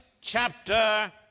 chapter